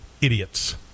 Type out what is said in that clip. idiots